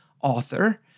author